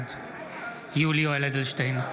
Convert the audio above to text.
בעד יולי יואל אדלשטיין,